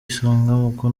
isonga